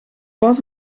was